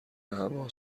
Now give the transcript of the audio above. هوا